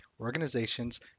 organizations